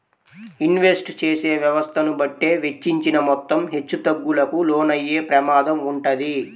invest చేసే వ్యవస్థను బట్టే వెచ్చించిన మొత్తం హెచ్చుతగ్గులకు లోనయ్యే ప్రమాదం వుంటది